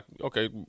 okay